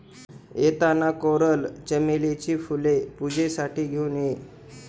येताना कोरल चमेलीची फुले पूजेसाठी घेऊन ये